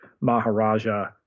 Maharaja